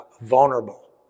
vulnerable